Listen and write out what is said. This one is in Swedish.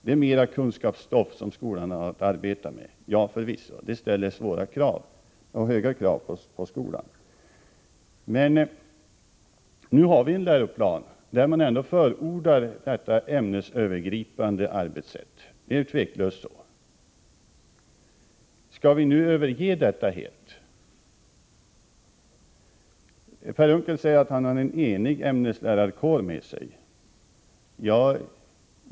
Skolan har att arbeta med mera kunskapsstoff. Ja, förvisso! Det ställer höga krav på skolan. Men nu har vi en läroplan där man ändå förordar detta ämnesövergripande arbetssätt. Det är tveklöst så. Skall vi nu helt överge detta? Per Unckel säger att han har en enig ämneslärarkår bakom sig.